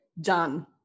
Done